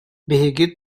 биһиги